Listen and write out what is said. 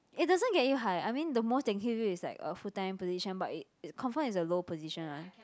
it doesn't get you high I mean the most they give you is like a full time position but it it confirm is a low position ah